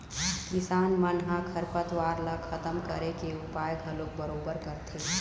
किसान मन ह खरपतवार ल खतम करे के उपाय घलोक बरोबर करथे